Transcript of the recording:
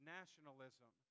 nationalism